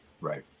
Right